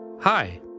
Hi